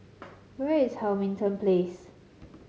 where is Hamilton Place